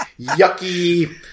yucky